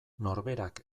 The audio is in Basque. norberak